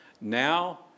now